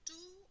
Two